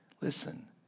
Listen